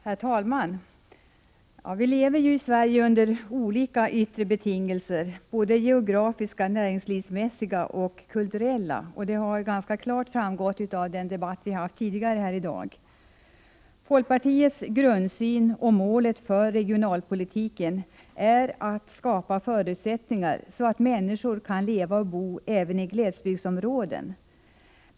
Herr talman! Vi lever i Sverige under olika yttre betingelser — geografiska, näringslivsmässiga och kulturella — och det har ganska klart framgått av den debatt vi har hört tidigare här i dag. Folkpartiets grundsyn i fråga om målet för regionalpolitiken är att det måste skapas förutsättningar för människor att leva och bo även i glesbygdsområden.